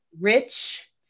Rich